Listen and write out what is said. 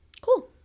Cool